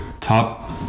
top